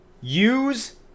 use